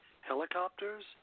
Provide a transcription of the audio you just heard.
helicopters